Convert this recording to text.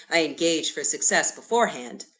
i engage for success beforehand.